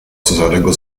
cezarego